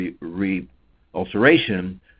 re-ulceration